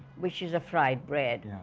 which is a fried bread.